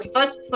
first